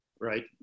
right